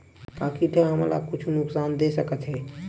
का कीट ह हमन ला कुछु नुकसान दे सकत हे?